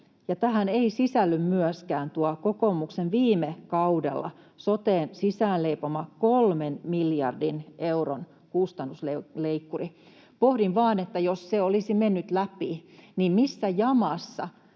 tähän ei sisälly myöskään kokoomuksen viime kaudella soteen sisään leipoma kolmen miljardin euron kustannusleikkuri. Pohdin vain, että jos se olisi mennyt läpi, niin missä jamassa